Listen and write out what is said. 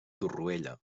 torrella